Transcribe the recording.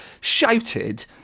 shouted